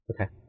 Okay